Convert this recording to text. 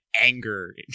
anger